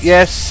Yes